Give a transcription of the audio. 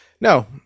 No